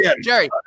Jerry